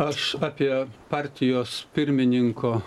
aš apie partijos pirmininko